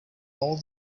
all